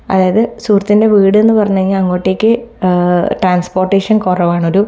അതായത് സുഹൃത്തിൻ്റെ വീട് എന്ന് പറഞ്ഞു കഴിഞ്ഞാൽ അങ്ങോട്ടേക്ക് ട്രാൻസ്പോർട്ടേഷൻ കുറവാണ് ഒരു